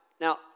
Now